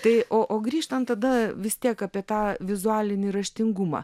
tai o o grįžtant tada vis tiek apie tą vizualinį raštingumą